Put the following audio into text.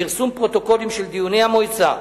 פרסום פרוטוקולים של דיוני המועצה,